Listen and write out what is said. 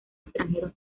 extranjeros